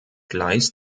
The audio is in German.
gleis